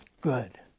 good